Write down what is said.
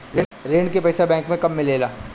ऋण के पइसा बैंक मे कब मिले ला?